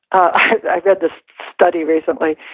i read this study recently,